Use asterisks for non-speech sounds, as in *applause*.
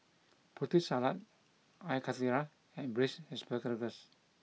*noise* Putri Salad Air Karthira and Braised Ssparagus